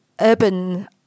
urban